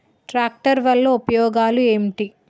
Tractor వల్ల ఉపయోగాలు ఏంటీ?